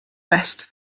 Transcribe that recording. best